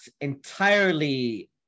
entirely